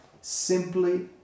simply